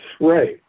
Right